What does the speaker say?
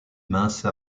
mince